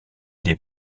des